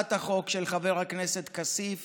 להצעת החוק של חבר הכנסת כסיף